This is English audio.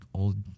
old